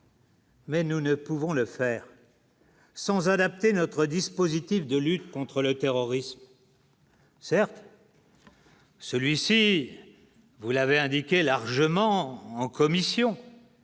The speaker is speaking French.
Mais nous ne pouvons le faire sans adapter notre dispose. Ce type de lutte contre le terrorisme. Certes. Celui-ci, vous l'avez indiqué largement en commission.